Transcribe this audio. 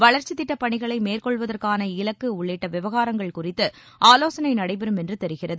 வளர்ச்சித் திட்டப்பணிகளை மேற்கொள்வதற்கான இலக்கு உள்ளிட்ட விவகாரங்கள் குறித்து ஆலோசனை நடைபெறும் என்று தெரிகிறது